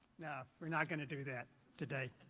no, we're not gonna do that today.